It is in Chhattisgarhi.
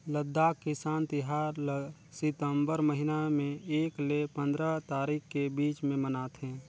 लद्दाख किसान तिहार ल सितंबर महिना में एक ले पंदरा तारीख के बीच में मनाथे